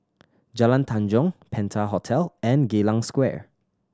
Jalan Tanjong Penta Hotel and Geylang Square